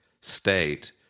state